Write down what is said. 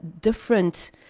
different